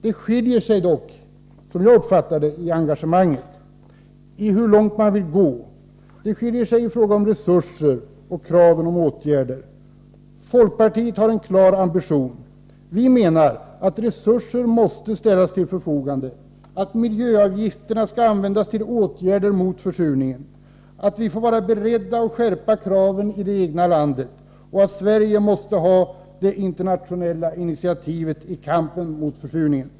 Som jag uppfattar det skiljer det sig dock i engagemanget och i hur långt man vill gå. Det skiljer sig vidare i fråga om resurser och krav på åtgärder. Folkpartiet har en klar ambition. Vi menar att resurser måste ställas till förfogande, att miljöavgifterna skall användas till åtgärder mot försurningen, att vi får vara beredda att skärpa kraven i det egna landet, och att Sverige måste ha det internationella initiativet i kampen mot försurningen.